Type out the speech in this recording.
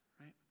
right